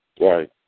Right